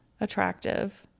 attractive